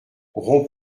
rond